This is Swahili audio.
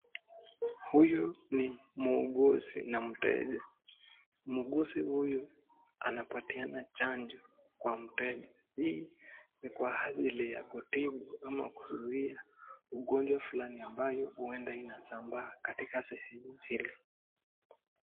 Huyu ni muuguzi na mteja. Muuguzi huyu anapatiana chanjo kwa mteja, hii ni kwa ajili ya kutibu ama kuzuia ugonjwa fulani ambayo huenda inasambaa katika sehemu ile.